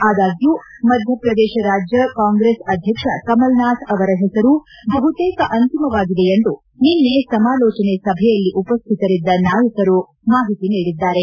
ಆದಾಗ್ಯೂ ಮಧ್ಯಪ್ರದೇಶ ರಾಜ್ಯ ಕಾಂಗ್ರೆಸ್ ಅಧ್ಯಕ್ಷ ಕಮಲ್ ನಾಥ್ ಅವರ ಹೆಸರು ಬಹುತೇಕ ಅಂತಿಮವಾಗಿದೆ ಎಂದು ನಿನ್ನೆ ಸಮಾಲೋಚನೆ ಸಭೆಯಲ್ಲಿ ಉಪಸ್ವಿತರಿದ್ದ ನಾಯಕರು ಮಾಹಿತಿ ನೀಡಿದ್ದಾರೆ